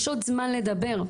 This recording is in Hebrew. יש עוד זמן לדבר,